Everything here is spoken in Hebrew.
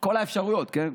כל האפשרויות, כן?